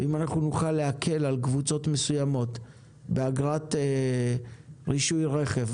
ואם נוכל להקל על קבוצות מסוימות באגרת רישוי רכב,